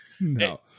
No